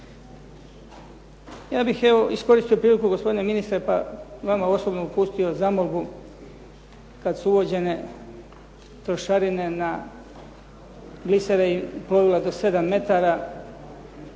Ja bih evo iskoristio priliku, gospodine ministre, pa vama osobno uputio zamolbu kad su uvođene trošarine na glisere i plovila do 7 metara